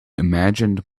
imagined